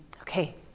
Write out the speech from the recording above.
Okay